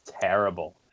terrible